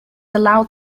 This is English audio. allowed